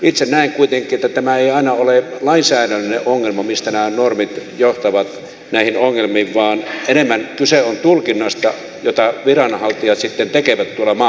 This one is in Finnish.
itse näen kuitenkin että tämä ei aina ole lainsäädännöllinen ongelma mistä nämä normit johtavat näihin ongelmiin vaan enemmän kyse on tulkinnasta jota viranhaltijat sitten tekevät tuolla maakunnissa